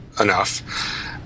enough